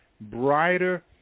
brighter